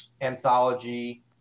anthology